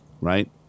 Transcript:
right